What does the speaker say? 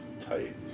Tight